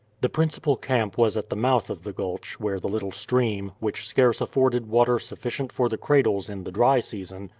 the principal camp was at the mouth of the gulch, where the little stream, which scarce afforded water sufficient for the cradles in the dry season,